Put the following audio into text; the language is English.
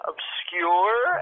Obscure